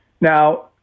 now